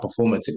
performative